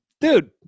dude